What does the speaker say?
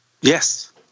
Yes